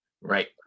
Right